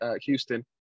Houston